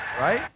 right